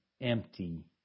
empty